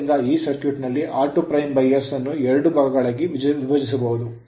ಆದ್ದರಿಂದ ಈ ಸರ್ಕ್ಯೂಟ್ ನಲ್ಲಿ r2's ಅನ್ನು ಎರಡು ಭಾಗಗಳಾಗಿ ವಿಭಜಿಸಬಹುದು